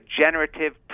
Generative